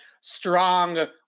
strong